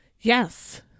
Yes